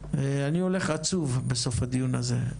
ואני הולך עצוב בסוף הדיון הזה,